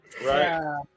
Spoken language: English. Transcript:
right